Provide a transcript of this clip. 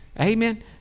Amen